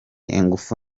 ingufu